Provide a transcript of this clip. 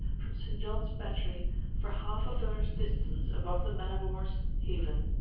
from st. john s battery for half a verst distance above the man-of war's haven.